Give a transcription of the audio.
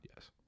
Yes